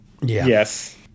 yes